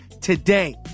today